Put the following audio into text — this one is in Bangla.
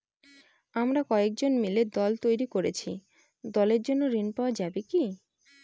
আমরা কয়েকজন মিলে দল তৈরি করেছি দলের জন্য ঋণ পাওয়া যাবে কি?